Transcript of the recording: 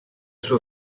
suo